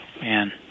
Man